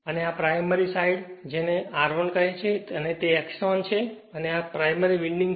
અને આને primary side કહે છે અને આ સાઈડ R1 કહે છે અને તેને X 1 છે અને આ પ્રાઇમરી વિન્ડિંગ છે